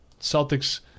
Celtics